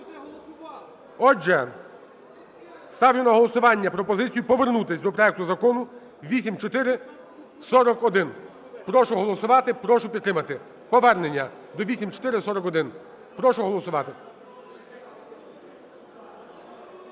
Отже, ставлю на голосування пропозицію повернутися до проекту Закону 8441. Прошу проголосувати. Прошу підтримати повернення до 8441. Прошу проголосувати.